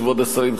כבוד השרים,